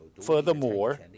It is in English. Furthermore